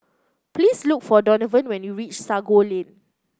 please look for Donavan when you reach Sago Lane